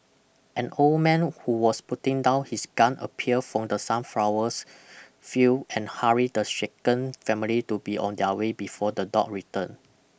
an old man who was putting down his gun appeared from the sunflowers field and hurried the shaken family to be on their way before the dog return